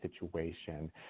situation